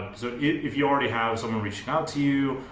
so if you already have someone reaching out to you,